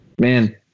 Man